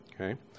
Okay